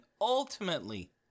ultimately